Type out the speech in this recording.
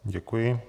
Děkuji.